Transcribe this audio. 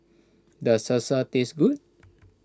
does Salsa taste good